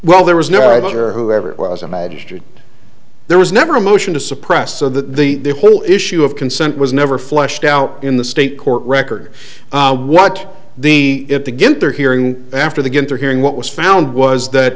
well there was no it or whoever it was a magistrate there was never a motion to suppress so that the whole issue of consent was never fleshed out in the state court record what the it to get their hearing after they get their hearing what was found was that